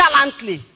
gallantly